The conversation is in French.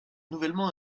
nouvellement